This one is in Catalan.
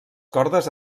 cordes